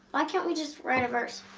why can't we just write a verse?